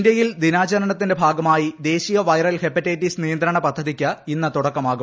ഇന്ത്യയിൽ ദിനാചരണത്തിന്റെ ഭാഗമായി ദേശീയ വൈറൽ ഹെപ്പറ്റൈറ്റിസ് നിയന്ത്രണ പദ്ധതിക്ക് ഇന്ന് തുടക്കമാകും